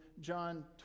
John